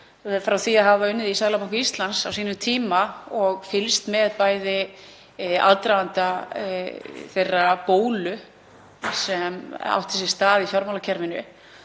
frá því að hafa unnið í Seðlabanka Íslands á sínum tíma og fylgst með aðdraganda þeirrar bólu sem átti sér stað í fjármálakerfinu